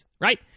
right